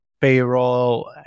payroll